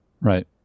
Right